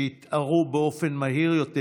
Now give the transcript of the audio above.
שהתערו בחברה באופן מהיר יותר,